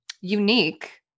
unique